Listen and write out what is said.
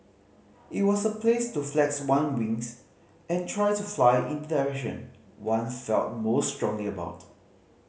it was a place to flex one wings and try to fly in the direction one felt most strongly about